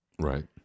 Right